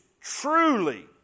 truly